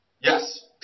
Yes